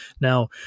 Now